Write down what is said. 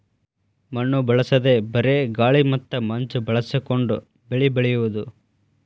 ಮಣ್ಣು ಬಳಸದೇ ಬರೇ ಗಾಳಿ ಮತ್ತ ಮಂಜ ಬಳಸಕೊಂಡ ಬೆಳಿ ಬೆಳಿಯುದು